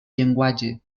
llenguatge